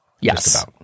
Yes